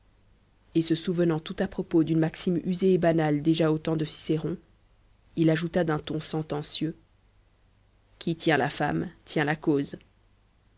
et se souvenant tout à propos d'une maxime usée et banale déjà au temps de cicéron il ajouta d'un ton sentencieux qui tient la femme tient la cause